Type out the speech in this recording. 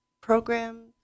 program